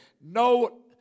No